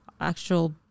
actual